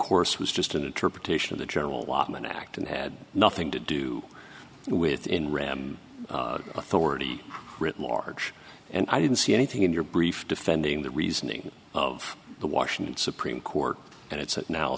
course was just an interpretation of the general weightman act and had nothing to do with in ram authority written large and i didn't see anything in your brief defending the reasoning of the washington supreme court and it's